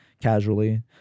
casually